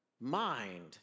mind